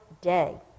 day